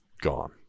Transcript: gone